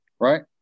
Right